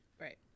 Right